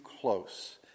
close